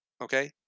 Okay